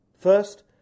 First